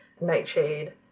Nightshade